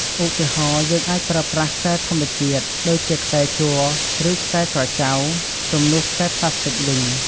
ឧទាហរណ៍ យើងអាចប្រើប្រាស់ខ្សែធម្មជាតិ ដូចជាខ្សែជ័រ ឬខ្សែក្រចៅ ជំនួសខ្សែប្លាស្ទិកវិញ។